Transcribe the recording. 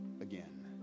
again